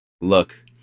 look